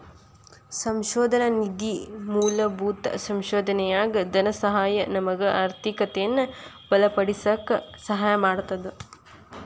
ಸಂಶೋಧನಾ ನಿಧಿ ಮೂಲಭೂತ ಸಂಶೋಧನೆಯಾಗ ಧನಸಹಾಯ ನಮಗ ಆರ್ಥಿಕತೆಯನ್ನ ಬಲಪಡಿಸಕ ಸಹಾಯ ಮಾಡ್ತದ